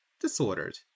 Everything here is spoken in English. Disordered